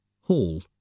hall